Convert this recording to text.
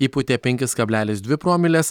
įpūtė penkis kablelis dvi promiles